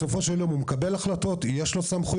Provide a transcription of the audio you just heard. בסופו של יום הוא מקבל החלטות, יש לו סמכויות.